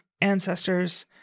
ancestors